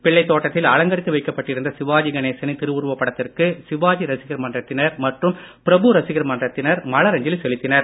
பிள்ளைத்தோட்டத்தில் வைக்கப்பட்டிருந்த அலங்கரித்து சிவாஜி கணேசனின் திருவுருவப்படத்திற்கு சிவாஜி ரசிகர் மன்றத்தினர் மற்றும் பிரபு ரசிகர் மன்றத்தினர் மலரஞ்சலி செலுத்தினர்